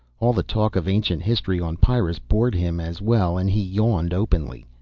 all the talk of ancient history on pyrrus bored him as well and he yawned openly.